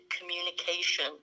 communication